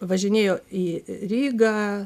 važinėjo į rygą